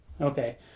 okay